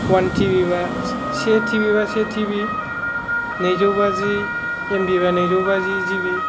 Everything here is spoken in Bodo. वान टि बि बा से टि बि बा से टि बि नैजोबाजि एम बि बा नैजौबाजि जिबि